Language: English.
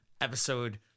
episode